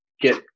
get